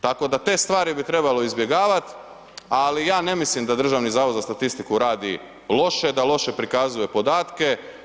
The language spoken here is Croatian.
Tako da te stvari bi trebalo izbjegavati, ali ja ne mislim da Državni zavod za statistiku radi loše, da loše prikazuje podatke.